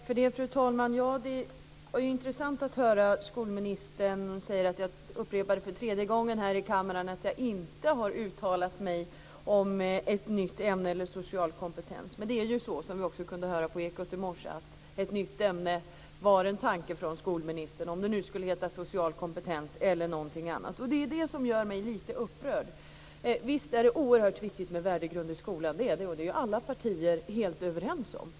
Fru talman! Det var intressant att höra skolministern upprepa för tredje gången här i kammaren att hon inte har uttalat sig om social kompetens som ett nytt ämne. Men det är ju så, som vi också kunde höra på Ekot i morse, att ett nytt ämne var en tanke från skolministern, oavsett om det skulle heta social kompetens eller någonting annat. Det är det som gör mig lite upprörd. Visst är det oerhört viktigt med värdegrund i skolan, och det är alla partier helt överens om.